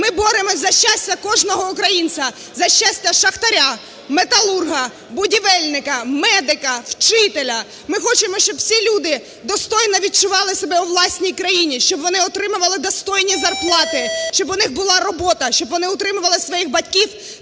Ми боремось за щастя кожного українця, за щастя шахтаря, металурга, будівельника, медика, вчителя. Ми хочемо, щоб всі люди достойно відчували себе у власній країні, щоб вони отримували достойні зарплати, щоб у них була робота, щоб вони утримували своїх батьків